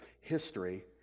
history